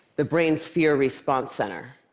the brain's fear response center.